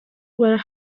were